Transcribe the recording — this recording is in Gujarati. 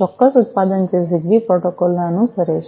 ચોક્કસ ઉત્પાદન જે જીગબી પ્રોટોકોલ ને અનુસરે છે